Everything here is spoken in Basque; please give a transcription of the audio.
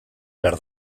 behar